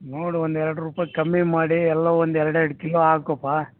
ನೋಡು ಒಂದು ಎರಡು ರುಪ ಕಮ್ಮಿ ಮಾಡಿ ಎಲ್ಲ ಒಂದು ಎರಡು ಎರಡು ಕಿಲೋ ಹಾಕುಪಾ